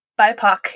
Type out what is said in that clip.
BIPOC